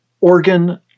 organ